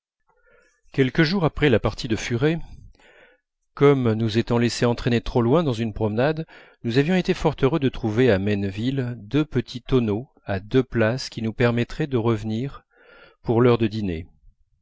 quelques jours après la partie de furet comme nous étant laissés entraîner trop loin dans une promenade nous avions été fort heureux de trouver à maineville deux petits tonneaux à deux places qui nous permettraient de revenir pour l'heure du dîner